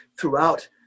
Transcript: throughout